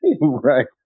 Right